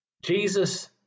Jesus